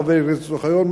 חבר הכנסת אוחיון,